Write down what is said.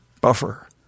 Buffer